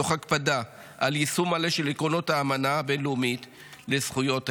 תוך הקפדה על יישום מלא של עקרונות האמנה הבין-לאומית לזכויות הילד.